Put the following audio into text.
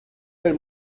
del